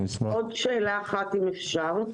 עוד שאלה אחת אם אפשר,